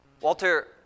Walter